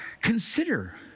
Consider